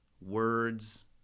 Words